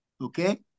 okay